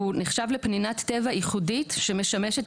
הוא נחשב לפנינת טבע ייחודית שמשמשת